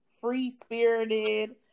free-spirited